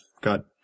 got